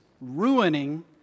ruining